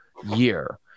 Year